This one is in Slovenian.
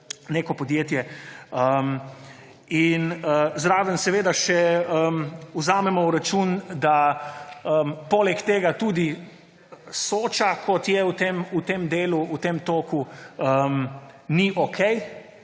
neko podjetje. Zraven seveda vzamemo v račun še, da poleg tega tudi Soča, kot je v tem delu, v tem toku, ni okej.